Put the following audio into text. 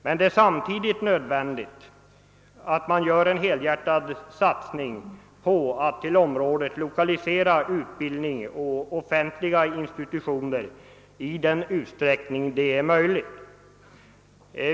Det är emellertid nödvändigt att samtidigt göra en helhjärtad satsning för att till området lokalisera utbildning och offentliga institutioner i den utsträckning det är möjligt.